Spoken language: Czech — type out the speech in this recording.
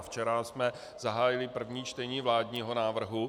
Včera jsme zahájili první čtení vládního návrhu.